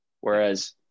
Whereas